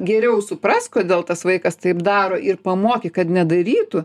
geriau suprask kodėl tas vaikas taip daro ir pamokyk kad nedarytų